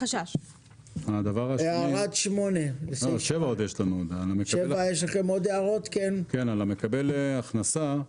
לסעיף 7. מקבל הכנסה,